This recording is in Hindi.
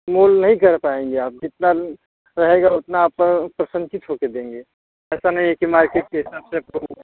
मोल नहीं कर पाएँगे आप कितना रहेगा उतना आप प प्रसन्नचित्त होकर देंगे ऐसा नहीं है कि मार्केट के हिसाब से आपको